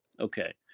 Okay